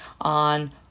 on